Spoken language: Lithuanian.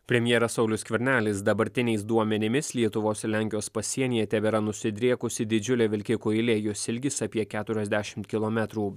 premjeras saulius skvernelis dabartiniais duomenimis lietuvos ir lenkijos pasienyje tebėra nusidriekusi didžiulė vilkikų eilė jos ilgis apie keturiasdešimt kilometrų